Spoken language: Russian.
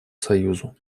союзу